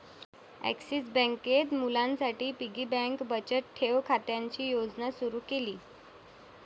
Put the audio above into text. axis बँकेत मुलांसाठी piggy bank बचत ठेव खात्याची योजना सुरू केली